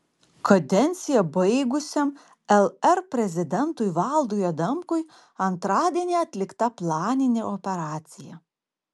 kadenciją baigusiam lr prezidentui valdui adamkui antradienį atlikta planinė operacija